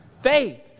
faith